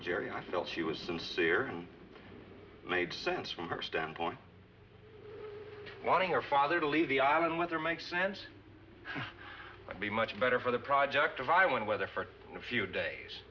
jerry i felt she was sincere made sense from her standpoint wanting her father to leave the island whether make sense i'd be much better for the project a violent weather for a few days